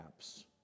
apps